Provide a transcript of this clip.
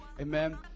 amen